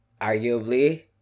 Arguably